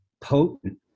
potent